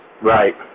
Right